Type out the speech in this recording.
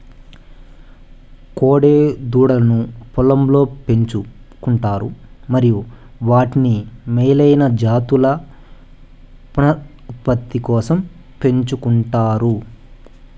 కోడె దూడలను పొలంలో పెంచు కుంటారు మరియు వాటిని మేలైన జాతుల పునరుత్పత్తి కోసం పెంచుకుంటారు